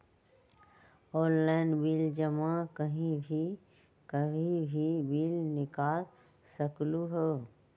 Online bill जमा कहीं भी कभी भी बिल निकाल सकलहु ह?